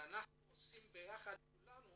שאנחנו עושים ביחד כולנו